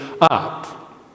up